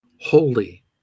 holy